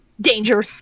Danger